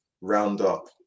roundup